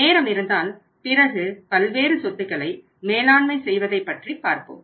நேரம் இருந்தால் பிறகு பல்வேறு சொத்துக்களை மேலாண்மை செய்வதைப்பற்றி பார்ப்போம்